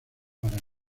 para